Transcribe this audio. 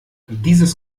dieses